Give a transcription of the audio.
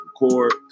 record